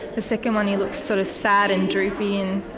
the second one he looks sort of sad and droopy and.